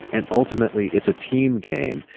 and ultimately, it's a team game,